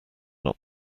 not